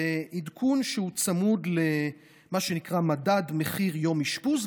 זה עדכון שצמוד למה שנקרא "מדד מחיר יום אשפוז",